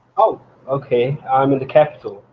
ah ok i'm in the capital,